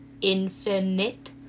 infinite